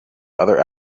other